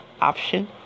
option